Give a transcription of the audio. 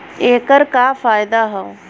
ऐकर का फायदा हव?